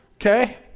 Okay